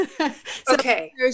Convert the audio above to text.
Okay